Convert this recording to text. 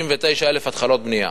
39,000 התחלות בנייה.